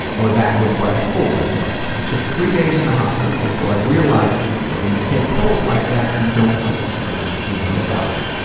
or that was what i told myself. it took three days in the hospital before i realized that when you take pills like that, you don't want to sleep, you want to die.